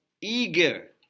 eager